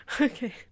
Okay